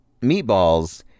Meatballs